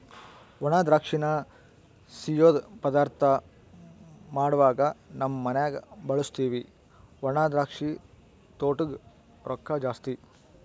ಒಣದ್ರಾಕ್ಷಿನ ಸಿಯ್ಯುದ್ ಪದಾರ್ಥ ಮಾಡ್ವಾಗ ನಮ್ ಮನ್ಯಗ ಬಳುಸ್ತೀವಿ ಒಣದ್ರಾಕ್ಷಿ ತೊಟೂಗ್ ರೊಕ್ಕ ಜಾಸ್ತಿ